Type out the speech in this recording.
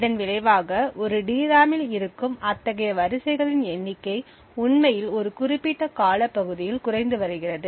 இதன் விளைவாக ஒரு டிராமில் இருக்கும் அத்தகைய வரிசைகளின் எண்ணிக்கை உண்மையில் ஒரு குறிப்பிட்ட காலப்பகுதியில் குறைந்து வருகிறது